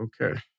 okay